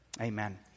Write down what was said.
amen